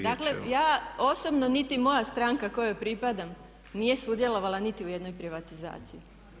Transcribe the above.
Dakle ja osobno niti moja stranka kojoj pripadam nije sudjelovala niti u jednoj privatizaciji.